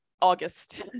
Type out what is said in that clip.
August